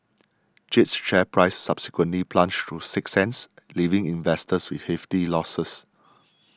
Jade's share price subsequently plunged to six cents leaving investors with hefty losses